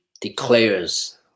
declares